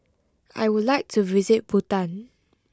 I would like to visit Bhutan